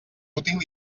útil